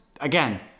again